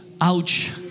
Ouch